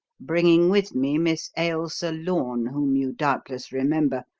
bringing with me miss ailsa lorne, whom you doubtless remember,